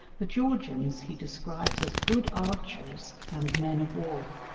the georgians, he describes as good archers and men of war,